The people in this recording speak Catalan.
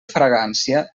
fragància